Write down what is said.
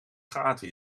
gaten